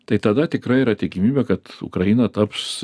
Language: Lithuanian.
tai tada tikrai yra tikimybė kad ukraina taps